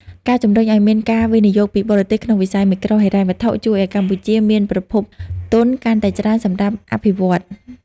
ការជំរុញឱ្យមានការវិនិយោគពីបរទេសក្នុងវិស័យមីក្រូហិរញ្ញវត្ថុ ជួយឱ្យកម្ពុជាមានប្រភពទុនកាន់តែច្រើនសម្រាប់អភិវឌ្ឍន៍។